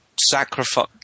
sacrifice